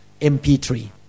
MP3